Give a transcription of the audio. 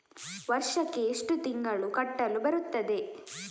ವರ್ಷಕ್ಕೆ ಎಷ್ಟು ತಿಂಗಳು ಕಟ್ಟಲು ಬರುತ್ತದೆ?